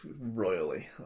royally